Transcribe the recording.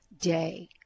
day